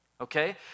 Okay